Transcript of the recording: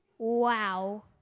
Wow